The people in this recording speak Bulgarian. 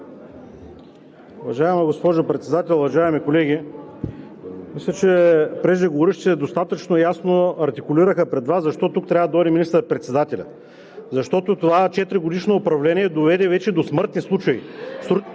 Уважаема госпожо Председател, уважаеми колеги! Мисля, че преждеговорившите достатъчно ясно артикулираха пред Вас защо тук трябва да дойде министър-председателят – защото това четиригодишно управление вече доведе до смъртни случаи.